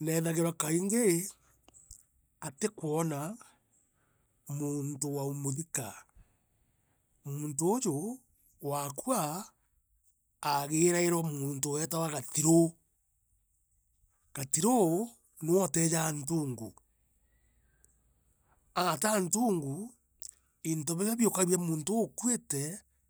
neethagirwa kaingi, atikwona muntu wa umuthika. Muuntu uuju waakua aagirairwa muuntu weetawe gatiru. Gatiru niwe otejea ntungu aata ntungu into biria biukure bia muntu uu ukuite.